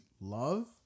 love